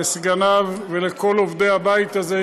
לסגניו ולכל עובדי הבית הזה,